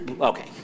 okay